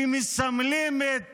שמסמלים את